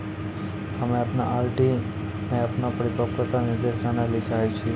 हम्मे अपनो आर.डी मे अपनो परिपक्वता निर्देश जानै ले चाहै छियै